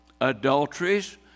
adulteries